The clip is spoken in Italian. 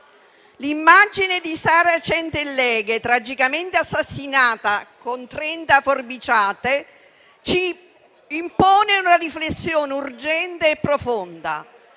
L'immagine di Sara Centelleghe, tragicamente assassinata con 30 forbiciate, ci impone una riflessione urgente e profonda.